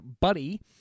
Buddy